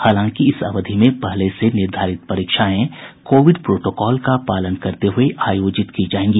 हालांकि इस अवधि में पहले से निर्धारित परीक्षाएं कोविड प्रोटोकॉल का पालन करते हुए आयोजित की जायेंगी